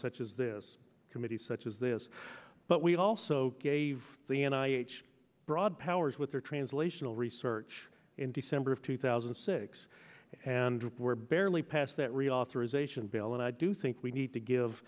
such as this committee such as this but we also gave the and i h broad powers with their translational research in december of two thousand six and we're barely past that reauthorization bill and i do think we need to give